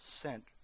sent